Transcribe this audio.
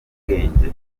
bwenge